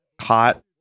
hot